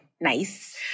nice